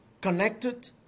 connected